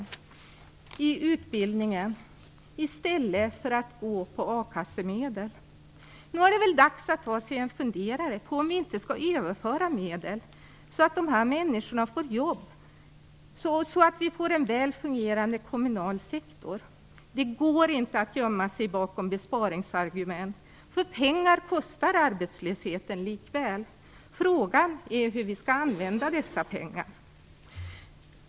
Nog är det väl dags att ta sig en funderare på om dessa människor inte behövs bättre i vården, i omsorgen och i utbildningen, i stället för att gå på akassemedel. Nog är det väl dags att ta sig en funderare på om vi inte skall överföra medel så att dessa människor får jobb och så att vi får en väl fungerande kommunal sektor. Det går inte att gömma sig bakom besparingsargument. Arbetslösheten kostar pengar likväl. Frågan är hur vi skall använda dessa pengar.